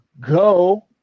go